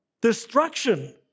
Destruction